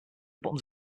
buttons